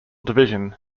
division